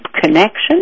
connection